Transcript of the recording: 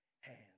hands